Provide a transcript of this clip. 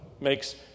makes